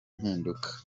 mpinduka